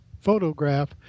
photograph